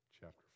chapter